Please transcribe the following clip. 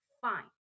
fine